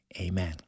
Amen